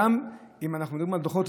גם אם אנחנו מדברים על דוחות,